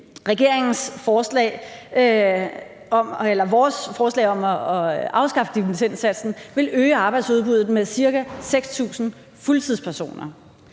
Men lad nu det ligge. Vores forslag om at afskaffe dimittendsatsen vil øge arbejdsudbuddet med ca. 6.000 fuldtidspersoner.